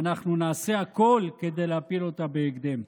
ואנחנו נעשה הכול כדי להפיל אותה בהקדם.